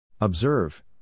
Observe